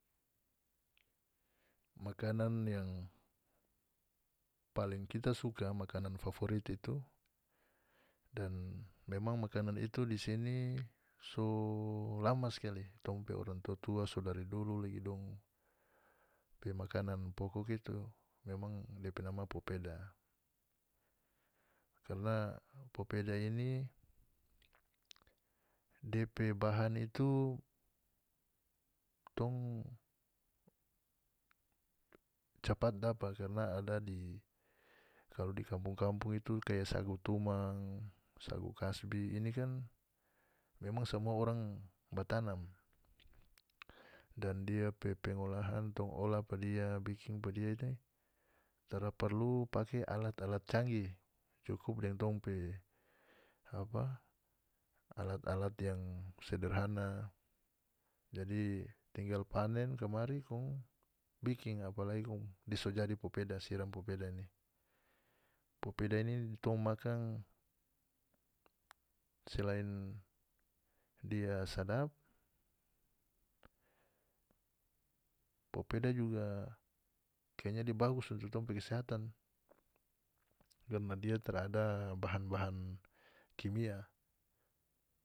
Makanan yang paling kita suka makanan favorit itu dan memang makanan itu di sini so lama skali tong pe orang tua-tua so dari dulu lagi dong pe makanan pokok itu memang depe nama popeda karna popeda ini depe bahan itu tong capat dapa karna ada di kalu di kampung-kampung itu kaya sagu tumang sagu kasbi ini kan memang samua orang ba tanam dan dia pe pengolahan tong olah pa dia bikin pa dia ini tara parlu pake alat-alat canggih cukup deng tong pe apa alat-alat yang sederhana jadi tinggal panen kamari kong bikin apalagi kong dia so jadi popeda siram popeda ni popeda ini tong makan selain dia sadap popeda juga keyanya dia bagus untuk tong pe kesehatan karna dia tarada bahan-bahan kimia.